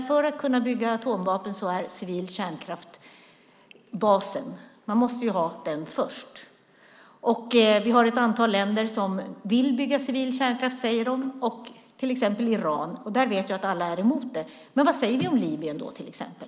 För att kunna bygga atomvapen är civil kärnkraft basen. Den måste man alltså ha först. Vi har ett antal länder som säger sig vilja bygga civil kärnkraft, till exempel Iran, och det vet jag att alla är emot. Men vad säger vi om exempelvis Libyen?